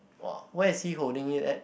!wah! where's he holding it at